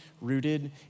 rooted